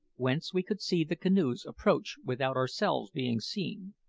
whence we could see the canoes approach without ourselves being seen.